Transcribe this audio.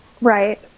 Right